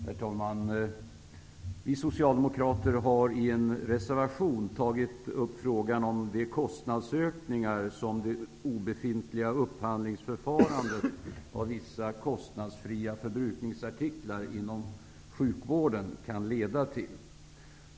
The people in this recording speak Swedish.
Herr talman! Vi socialdemokrater har i en reservation tagit upp frågan om de kostnadsökningar som det obefintliga upphandlingsförfarandet av vissa kostnadsfria förbrukningsartiklar inom sjukvården kan leda till.